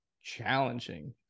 challenging